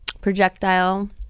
projectile-